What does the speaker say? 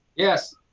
yes,